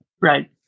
right